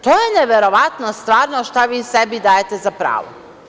To je neverovatno, stvarno, šta vi sebi dajete za pravo.